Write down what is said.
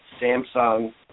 Samsung